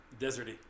Deserty